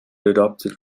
adopted